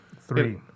three